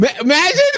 imagine